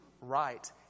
right